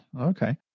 okay